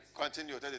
Continue